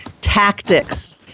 tactics